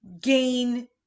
gain